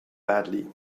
badly